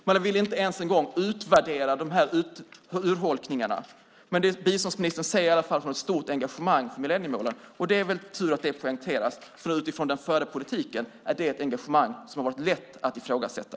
Man vill inte ens en gång utvärdera de här urholkningarna. Ändå säger biståndsministern att hon har ett stort engagemang för millenniemålen. Det är väl tur att det poängteras, för utifrån den förda politiken är det ett engagemang som varit lätt att ifrågasätta.